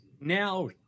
Now